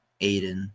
Aiden